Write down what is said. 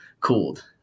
cooled